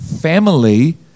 family